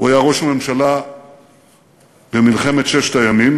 הוא היה ראש ממשלה במלחמת ששת הימים,